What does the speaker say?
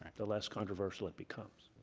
the less controversial it becomes.